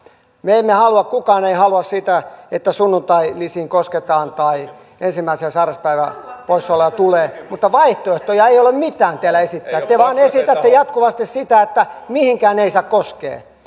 me emme halua kukaan ei halua sitä että sunnuntailisiin kosketaan tai ensimmäisen sairauspäivän poissaoloja tulee mutta vaihtoehtoja ei ole mitään teillä esittää te vain esitätte jatkuvasti sitä että mihinkään ei saa